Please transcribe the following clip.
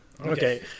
Okay